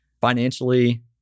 financially